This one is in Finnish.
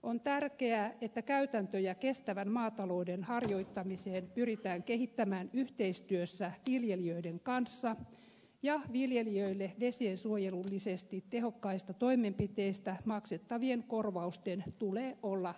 on tärkeää että käytäntöjä kestävän maatalouden harjoittamiseen pyritään kehittämään yhteistyössä viljelijöiden kanssa ja viljelijöille vesiensuojelullisesti tehokkaista toimenpiteistä maksettavien korvausten tulee olla riittäviä